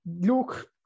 Look